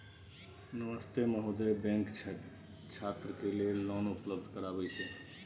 नमस्ते महोदय, बैंक छात्र के लेल लोन उपलब्ध करबे छै?